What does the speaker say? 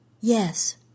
Yes